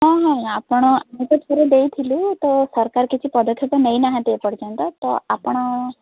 ହଁ ହଁ ଆପଣ ଆମେ ତ ଥରେ ଦେଇଥିଲୁ ତ ସରକାର କିଛି ପଦକ୍ଷେପ ନେଇ ନାହାଁନ୍ତି ଏପର୍ଯ୍ୟନ୍ତ ତ ଆପଣ